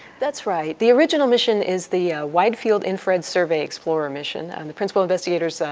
that's right, the original mission is the wide-field infrared survey explorer mission. and the principal investigators,